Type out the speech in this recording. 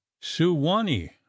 suwanee